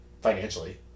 financially